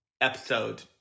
episode